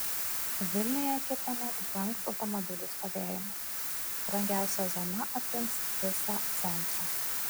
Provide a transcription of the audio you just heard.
vilniuje kitąmet brangs automobilių stovėjimas brangiausia zona apims visą centrą